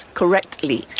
correctly